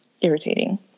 irritating